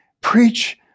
preach